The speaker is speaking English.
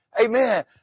Amen